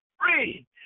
free